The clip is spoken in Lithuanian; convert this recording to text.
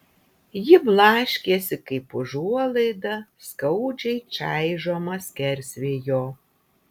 ji blaškėsi kaip užuolaida skaudžiai čaižoma skersvėjo